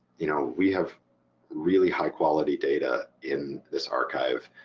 you know, we have really high quality data in this archive